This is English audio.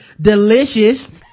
delicious